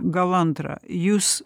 gal antrą jūs